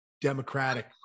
Democratic